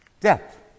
Death